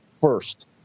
first